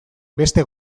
beste